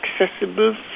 accessible